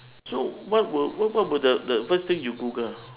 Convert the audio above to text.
so what will what what will the the first thing you google